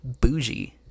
bougie